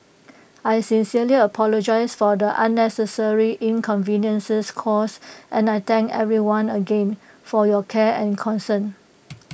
I sincerely apologise for the unnecessary inconveniences caused and I thank everyone again for your care and concern